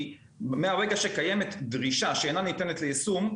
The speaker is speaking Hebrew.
כי מהרגע שקיימת דרישה שאינה ניתנת ליישום,